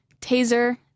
Taser